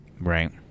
Right